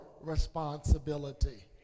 responsibility